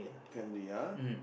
family ah